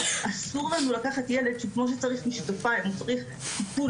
אסור לנו לקחת ילד שכמו שצריך משקפיים צריך טיפול